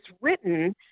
written